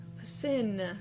listen